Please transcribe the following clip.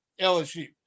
LSU